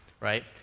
right